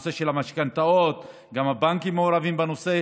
בנושא של המשכנתאות, גם הבנקים מעורבים בנושא.